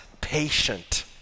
patient